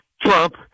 Trump